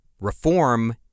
Reform